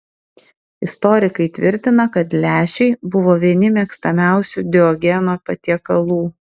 istorikai tvirtina kad lęšiai buvo vieni mėgstamiausių diogeno patiekalų